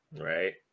Right